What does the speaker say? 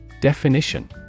Definition